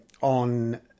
on